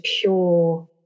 pure